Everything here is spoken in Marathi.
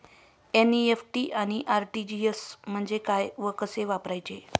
एन.इ.एफ.टी आणि आर.टी.जी.एस म्हणजे काय व कसे वापरायचे?